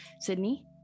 Sydney